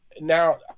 Now